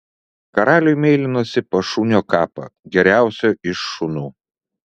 karaliui meilinosi pas šunio kapą geriausio iš šunų